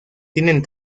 tienen